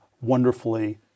wonderfully